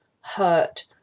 hurt